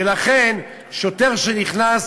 ולכן שוטר שנכנס